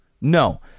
No